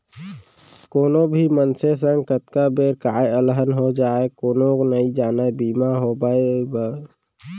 कोनो भी मनसे संग कतका बेर काय अलहन हो जाय कोनो नइ जानय बीमा होवब म परवार ल भार नइ पड़य